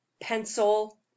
Pencil